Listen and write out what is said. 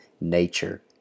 nature